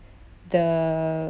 the